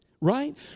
right